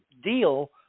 deal